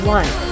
one